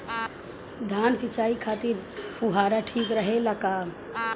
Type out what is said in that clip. धान सिंचाई खातिर फुहारा ठीक रहे ला का?